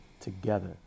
together